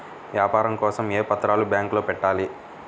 వ్యాపారం కోసం ఏ పత్రాలు బ్యాంక్లో పెట్టాలి?